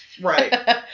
Right